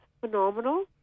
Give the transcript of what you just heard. phenomenal